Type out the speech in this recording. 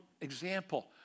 example